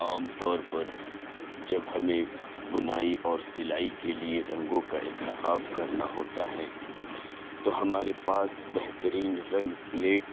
عام طور پر جب ہمیں بنائی اور سلائی کے لیے رنگوں کا انتخاب کرنا ہوتا ہے تو ہمارے پاس بہترین رنگ پلیٹ